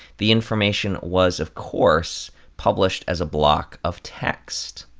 the information was of course published as a block of text.